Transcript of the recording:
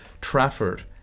Trafford